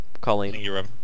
Colleen